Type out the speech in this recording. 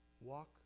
Walk